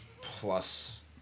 plus